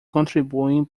contribuem